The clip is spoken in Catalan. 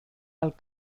alt